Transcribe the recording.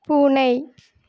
பூனை